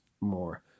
more